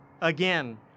again